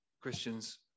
Christians